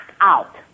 out